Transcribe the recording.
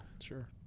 Sure